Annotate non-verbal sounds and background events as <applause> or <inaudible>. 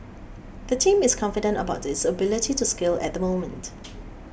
the team is confident about its ability to scale at moment <noise>